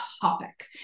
topic